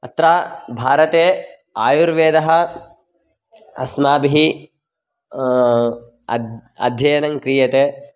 अत्र भारते आयुर्वेदः अस्माभिः अद् अध्ययनङ्क्रियते